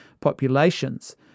populations